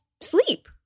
sleep